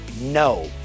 No